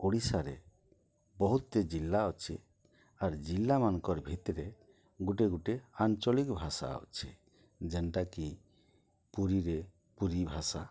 ଓଡ଼ିଶାରେ ବହୁତ୍ଟେ ଜିଲ୍ଲା ଅଛେ ଆର୍ ଜିଲ୍ଲାମାନ୍କର୍ ଭିତ୍ରେ ଗୁଟେ ଗୁଟେ ଆଞ୍ଚଳିକ୍ ଭାଷା ଅଛେ ଯେନ୍ଟାକି ପୁରୀରେ ପୁରୀ ଭାଷା